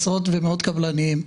עשרות ומאות קבלנים.